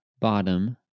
bottom